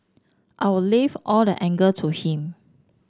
I'll leave all the anger to him